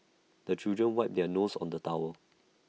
the children wipe their noses on the towel